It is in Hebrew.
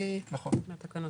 מהתקנות.